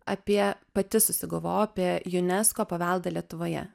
apie pati susigalvojau apie junesko paveldą lietuvoje